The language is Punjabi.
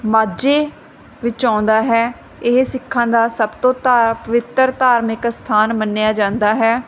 ਮਾਝੇ ਵਿੱਚ ਆਉਂਦਾ ਹੈ ਇਹ ਸਿੱਖਾਂ ਦਾ ਸਭ ਤੋਂ ਧਾ ਪਵਿੱਤਰ ਧਾਰਮਿਕ ਸਥਾਨ ਮੰਨਿਆ ਜਾਂਦਾ ਹੈ